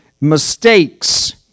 mistakes